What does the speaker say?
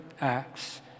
Acts